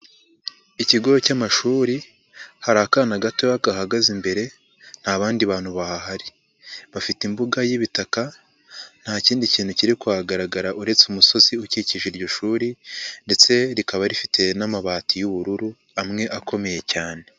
Ikigo cy'amashuri, hari akana gatoya gahagaze imbere, nta bandi bantu bahari, bafite imbuga y'ibitaka, nta kindi kintu kiri kuhagaragara uretse umusozi ukikije iryo shuri, ndetse rikaba rifite n'amabati y'ubururu, amwe akomeye cyane.